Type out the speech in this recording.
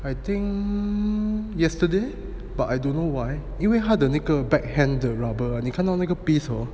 I think um yesterday but I don't know why 因为它的那个 backhand the rubber 你看到那个 piece hor